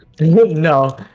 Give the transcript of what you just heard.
No